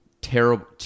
Terrible